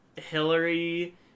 Hillary